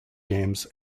games